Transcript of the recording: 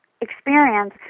experience